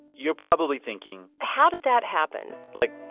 you're probably thinking. how did that happen? like,